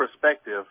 perspective